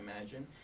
imagine